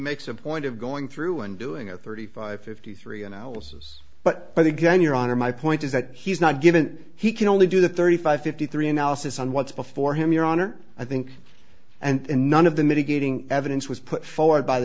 makes a point of going through and doing a thirty five fifty three analysis but by the again your honor my point is that he's not given he can only do the thirty five fifty three analysis on what's before him your honor i think and none of the mitigating evidence was put forward by the